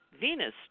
Venus